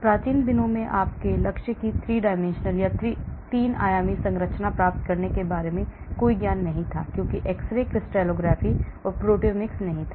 प्राचीन दिनों में आपके लक्ष्य की 3 आयामी संरचना प्राप्त करने के बारे में कोई ज्ञान नहीं था क्योंकि x ray crystallography proteomics नहीं था